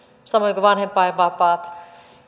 samoin kuin vanhempainvapaat